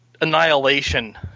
annihilation